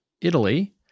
Italy